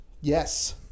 yes